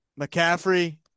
McCaffrey